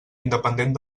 independent